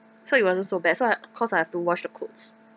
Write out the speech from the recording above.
so it wasn't so bad so I cause I have to wash the clothes